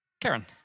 Karen